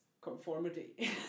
conformity